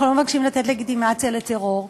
אנחנו לא מבקשים לתת לגיטימציה לטרור.